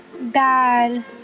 bad